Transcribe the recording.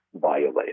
violated